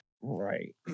Right